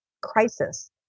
crisis